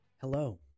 Hello